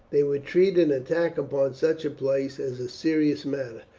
they would treat an attack upon such a place as a serious matter,